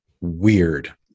weird